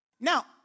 Now